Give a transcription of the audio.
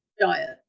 diet